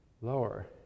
lower